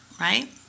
right